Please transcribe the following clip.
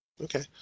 Okay